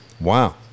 Wow